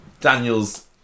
Daniel's